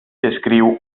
descriu